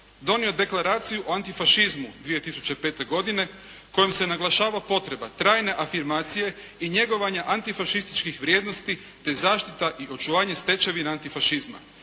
donio Deklaraciju o antifašizmu 2005. godine kojom se naglašava potreba trajne afirmacije i njegovanja antifašističkih vrijednosti, te zaštita i očuvanje stečevina antifašizma.